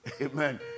amen